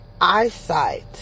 eyesight